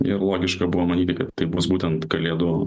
ir logiška buvo manyti kad tai bus būtent kalėdų